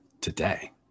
today